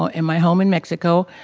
ah in my home in mexico,